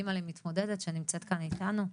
אמא למתמודדת שנמצאת כאן איתנו.